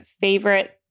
favorite